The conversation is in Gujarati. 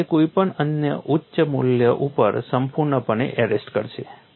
અને તે કોઈ અન્ય ઉચ્ચ મૂલ્ય ઉપર સંપૂર્ણપણે એરેસ્ટ કરશે